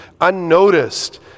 unnoticed